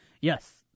Yes